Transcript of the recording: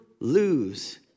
lose